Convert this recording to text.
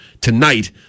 tonight